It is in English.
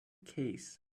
case